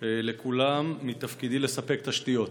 לכולם מתפקידי לספק תשתיות.